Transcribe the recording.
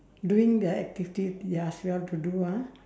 doing the activity they asked you all to do ah